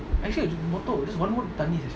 actually இதுமட்டும்:idhu mattum just one word தண்ணி:thanni